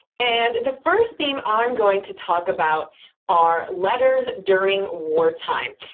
and the first theme i'm going to talk about are letters during wartime.